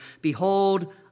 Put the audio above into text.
Behold